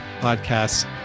podcasts